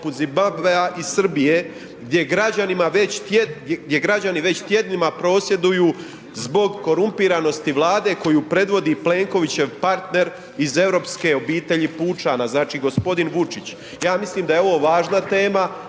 gdje građanima već, gdje građani već tjednima prosvjeduju zbog korumpiranosti vlade koju predvodi Plenkovićev partner iz europske obitelji pučana, znači g. Vučić. Ja mislim da je ovo važna tema,